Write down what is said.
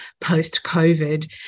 post-COVID